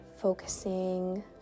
focusing